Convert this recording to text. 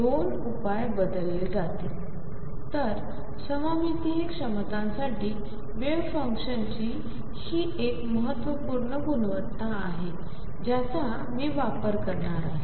दोन उपाय बदलले जातील तर सममितीय क्षमतांसाठी वेव्ह फंक्शनची ही एक महत्त्वपूर्ण गुणवत्ता आहे ज्याचा मी वापर करणार आहे